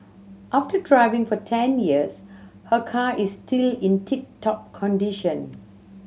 after driving for ten years her car is still in tip top condition